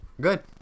good